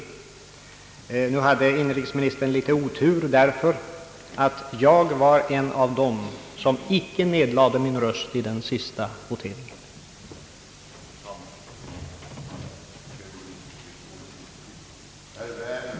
Emellertid hade inrikesministern en smula otur, ty jag var en av dem som inte nedlade sin röst i den sista och avgörande voteringen.